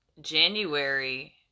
January